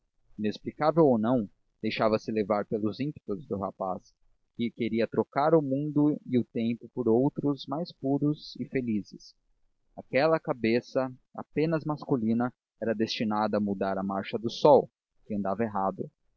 inexplicável ou não deixava-se levar pelos ímpetos do rapaz que queria trocar o mundo e o tempo por outros mais puros e felizes aquela cabeça apenas masculina era destinada a mudar a marcha do sol que andava errado